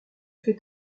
fait